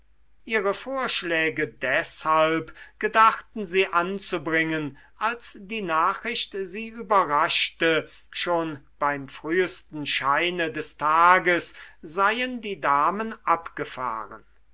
ihre vorschläge deshalb gedachten sie anzubringen als die nachricht sie überraschte schon beim frühsten scheine des tages seien die damen abgefahren